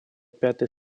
пятой